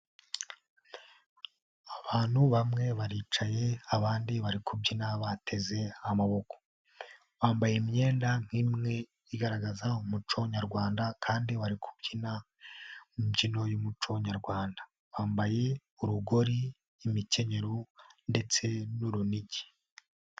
Abantu bamwe baricaye abandi bari kubyina bateze amaboko, bambaye imyenda nk'imwe igaragaza umuco nyarwanda kandi bari kubyina imbyino y'umuco nyarwanda, bambaye urugori, imikenyero ndetse n'urunigi.